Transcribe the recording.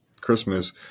Christmas